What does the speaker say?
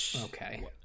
okay